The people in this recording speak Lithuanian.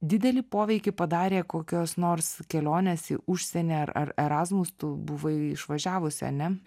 didelį poveikį padarė kokios nors kelionės į užsienį ar ar erasmus tu buvai išvažiavusi ane